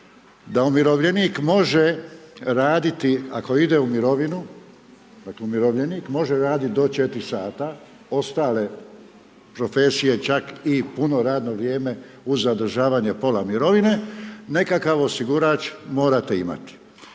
da umirovljenik može raditi ako ide u mirovinu dakle umirovljenik može raditi do 4 sata, ostale profesije čak i puno radno vrijeme uz zadržavanje pola mirovine nekakav osigurač morate imati.